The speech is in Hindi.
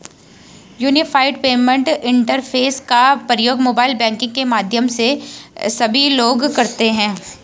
यूनिफाइड पेमेंट इंटरफेस का प्रयोग मोबाइल बैंकिंग के माध्यम से सभी लोग करते हैं